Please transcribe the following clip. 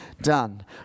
done